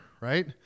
right